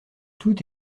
tout